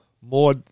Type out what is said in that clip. more